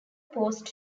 post